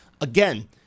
again